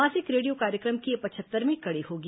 मासिक रेडियो कार्यक्रम की यह पचहत्तरवीं कडी होगी